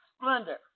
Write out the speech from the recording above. Splendor